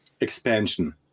expansion